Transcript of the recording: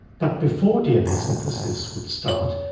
but before dna synthesis would start,